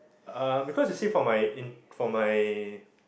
uh because you see for my for my